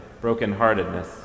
brokenheartedness